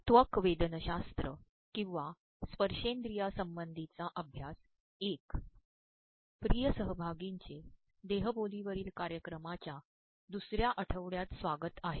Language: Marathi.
त्वकवेदनशास्त्र ककवा स्त्पशेंद्रियासंबंधीचा अभ्यास १ प्रिय सहभागीचे देहबोलीवरील कायक्रय माच्या दसु र्या आठवड्यात स्त्वागत आहे